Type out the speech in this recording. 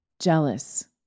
jealous